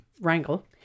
wrangle